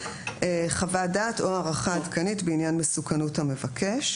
חוות דעת או הערכה עדכנית בעניין מסוכנות המבקש.